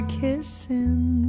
kissing